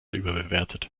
überbewertet